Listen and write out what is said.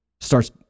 starts